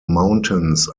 mountains